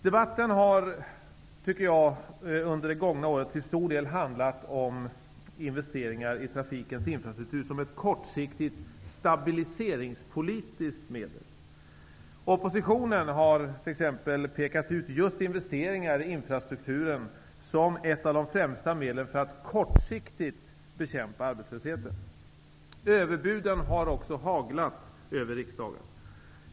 Jag tycker att debatten under det gångna året till stor del har handlat om investeringar i trafikens infrastruktur som ett kortsiktigt stabiliseringspolitiskt medel. Oppositionen har t.ex. pekat ut just investeringar i infrastrukturen som ett av de främsta medlen för att kortsiktigt bekämpa arbetslösheten. Överbuden har också haglat över riksdagen.